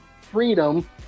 Freedom